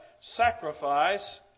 sacrifice